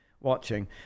watching